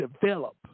develop